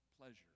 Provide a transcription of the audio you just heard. pleasure